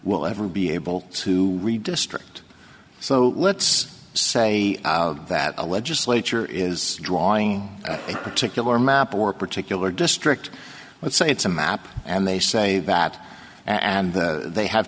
will ever be able to redistrict so let's say that a legislature is drawing a particular map or particular district let's say it's a map and they say that and they have